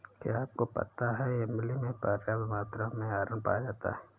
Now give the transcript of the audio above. क्या आपको पता है इमली में पर्याप्त मात्रा में आयरन पाया जाता है?